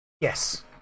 Yes